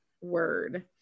word